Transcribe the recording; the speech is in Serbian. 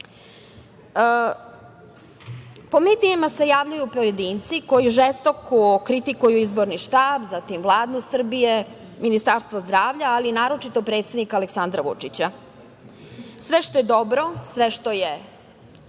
medijima se javljaju pojedinci koji žestoku kritikuju izborni štab, zatim, Vladu Srbije, Ministarstvo zdravlja, ali i naročito predsednika Aleksandra Vučića. Sve što je dobro, sve što je